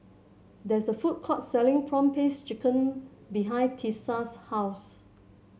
there is a food court selling prawn paste chicken behind Tisa's house